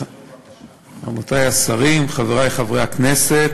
עמיתי השרים, חברי חברי הכנסת,